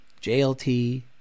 JLT